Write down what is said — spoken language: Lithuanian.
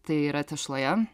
tai yra tešloje